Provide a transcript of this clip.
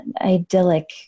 idyllic